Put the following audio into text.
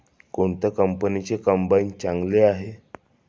कोणत्या कंपनीचे कंबाईन चांगले आहे?